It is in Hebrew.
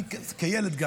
גם כילד,